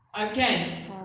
Okay